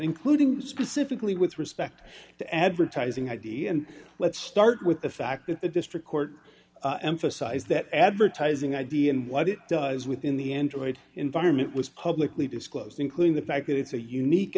including specifically with respect to advertising id and let's start with the fact that the district court emphasized that advertising id and what it does within the android environment was publicly disclosed including the fact that it's a unique